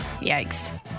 Yikes